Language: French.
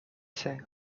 sait